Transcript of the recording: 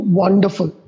wonderful